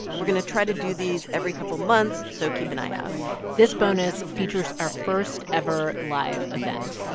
we're going to try to do these every couple months. so keep an eye out this bonus features our first-ever live event.